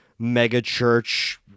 mega-church